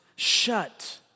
shut